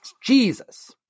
Jesus